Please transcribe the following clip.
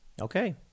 Okay